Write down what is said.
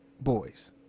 boys